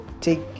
take